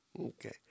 okay